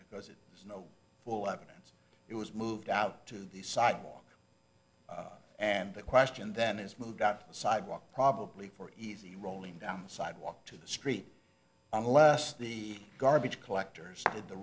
because it has no full evidence it was moved out to the sidewalk and the question then is moved on the sidewalk probably for easy rolling down the sidewalk to the street unless the garbage collectors had the